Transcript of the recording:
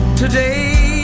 today